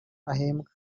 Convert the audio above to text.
ahembwa